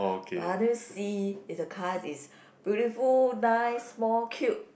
but I see it the car is beautiful nice small cute